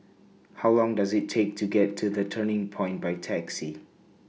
How Long Does IT Take to get to The Turning Point By Taxi